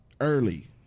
Early